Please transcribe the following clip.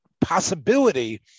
possibility